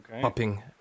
popping